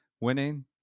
winning